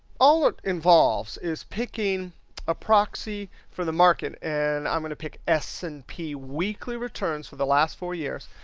all it involves is picking a proxy for the market. and i'm going to pick s and p weekly returns for the last four years.